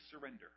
surrender